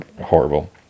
horrible